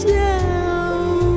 down